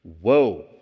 Whoa